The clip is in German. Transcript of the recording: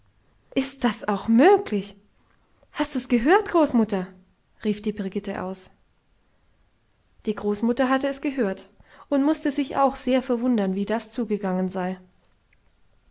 ist auch das möglich hast du's gehört großmutter rief die brigitte aus die großmutter hatte es gehört und mußte sich auch sehr verwundern wie das zugegangen sei